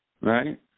Right